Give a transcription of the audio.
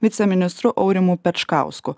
viceministru aurimu pečkausku